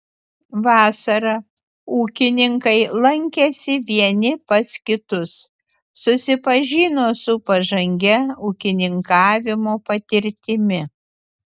vasarą ūkininkai lankėsi vieni pas kitus susipažino su pažangia ūkininkavimo patirtimi